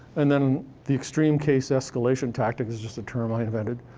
and then, the extreme case escalation tactic is just a term i invented.